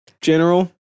general